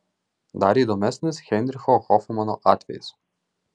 dar įdomesnis heinricho hofmano atvejis